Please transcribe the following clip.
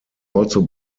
also